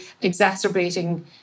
exacerbating